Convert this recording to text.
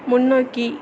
முன்னோக்கி